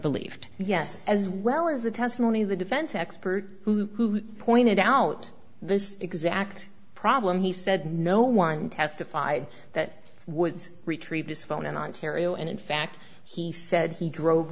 believed yes as well as the testimony of the defense expert who pointed out this exact problem he said no one testified that woods retrieved his phone in ontario and in fact he said he drove